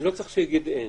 אני לא צריך שנגיד "אין".